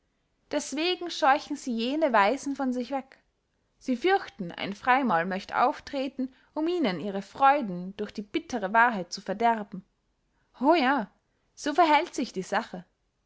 deßwegen scheuchen sie jene weisen von sich weg sie fürchten ein freymaul möcht auftreten um ihnen ihre freuden durch die bittere wahrheit zu verderben o ja so verhält sich die sache